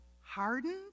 hardened